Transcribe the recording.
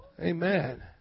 Amen